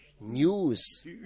News